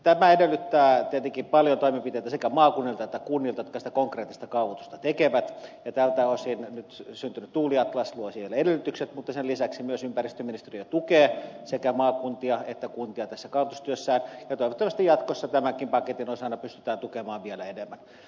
tämä edellyttää tietenkin paljon toimenpiteitä sekä maakunnilta että kunnilta jotka sitä konkreettista kaavoitusta tekevät ja tältä osin nyt syntynyt tuuliatlas luo sille edellytykset mutta sen lisäksi myös ympäristöministeriö tukee sekä maakuntia että kuntia tässä kaavoitustyössä ja toivottavasti jatkossa tämänkin paketin osana pystytään tukemaan vielä enemmän